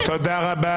תודה רבה.